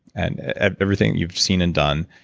and ah everything you've seen and done,